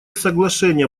соглашения